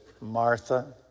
Martha